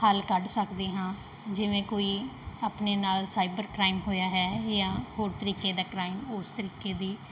ਹੱਲ ਕੱਢ ਸਕਦੇ ਹਾਂ ਜਿਵੇਂ ਕੋਈ ਆਪਣੇ ਨਾਲ ਸਾਈਬਰ ਕ੍ਰਾਈਮ ਹੋਇਆ ਹੈ ਜਾਂ ਹੋਰ ਤਰੀਕੇ ਦਾ ਕ੍ਰਾਈਮ ਉਸ ਤਰੀਕੇ ਦੀ